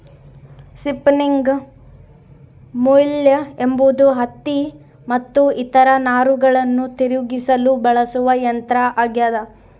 spinning mule ಎಂಬುದು ಹತ್ತಿ ಮತ್ತು ಇತರ ನಾರುಗಳನ್ನು ತಿರುಗಿಸಲು ಬಳಸುವ ಯಂತ್ರ ಆಗ್ಯದ